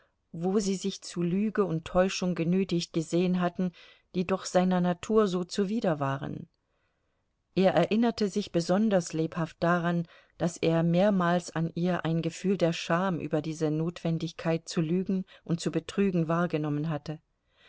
wo sie sich zu lüge und täuschung genötigt gesehen hatten die doch seiner natur so zuwider waren er erinnerte sich besonders lebhaft daran daß er mehrmals an ihr ein gefühl der scham über diese notwendigkeit zu lügen und zu betrügen wahrgenommen hatte